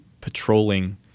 patrolling